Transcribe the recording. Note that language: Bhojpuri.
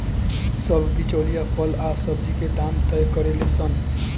सब बिचौलिया फल आ सब्जी के दाम तय करेले सन